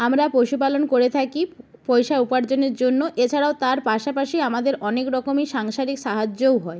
আমরা পশুপালন করে থাকি পয়সা উপার্জনের জন্য এছাড়াও তার পাশাপাশি আমাদের অনেক রকমই সাংসারিক সাহায্যও হয়